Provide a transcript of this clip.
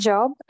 Job